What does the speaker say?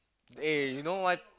eh you know what